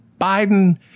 Biden